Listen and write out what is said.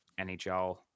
nhl